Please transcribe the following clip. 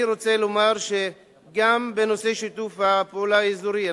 אני רוצה לומר שגם בנושא שיתוף הפעולה האזורי,